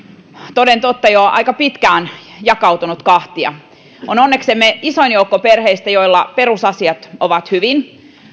toden totta jo aika pitkään jakautunut kahtia on onneksemme isoin joukko perheitä joilla perusasiat ovat hyvin